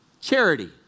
charity